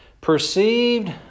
perceived